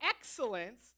excellence